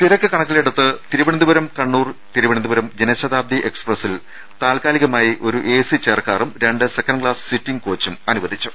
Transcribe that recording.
തിരക്ക് കണക്കിലെടുത്ത് തിരുവനന്തപുരം കണ്ണൂർ തിരുവ നന്തപുരം ജനശതാബ്ദി എക്സ്പ്രസിൽ താൽകാലിക മായി ഒരു എസി ചെയർകാറും രണ്ട് സെക്കൻഡ് ക്ലാസ് സിറ്റിംഗ് കോച്ചും അനുവദിച്ചു